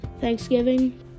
Thanksgiving